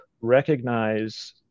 recognize